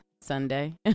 Sunday